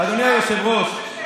אדוני היושב-ראש,